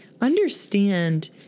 understand